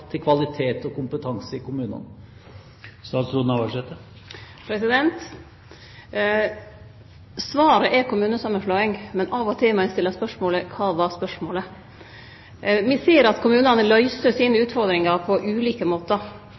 til kvalitet og kompetanse i kommunene? Svaret er kommunesamanslåing, men av og til må ein stille spørsmålet: Kva var spørsmålet? Me ser at kommunane løyser sine utfordringar på ulike måtar.